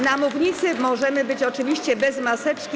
Na mównicy możemy być oczywiście bez maseczki.